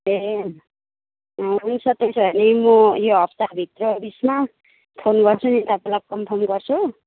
ए हुन्छ त्यसो भने म यो हप्ताभित्र उसमा फोन गर्छु नि तपाईँलाई कन्फर्म गर्छु